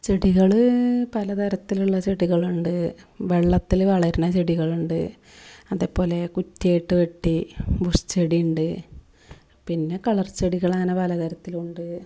ചെടികള് പല തരത്തിലുള്ള ചെടികളുണ്ട് വെള്ളത്തില് വളരുന്ന ചെടികളുണ്ട് അതേപോലെ കുറ്റി ആയിട്ട് വെട്ടി ബുഷ് ചെടിയുണ്ട് പിന്നെ കളർ ചെടികളാണെങ്കിൽ പലതരത്തിലുണ്ട്